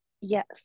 yes